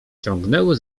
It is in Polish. ciągnęły